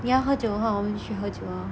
你要喝酒的话我们去喝酒 lor